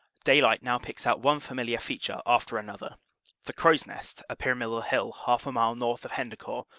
daylight now picks out one familiar feature after another the crow's nest, a pyramidal hill half a mile north of hendecourt,